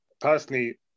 personally